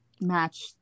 match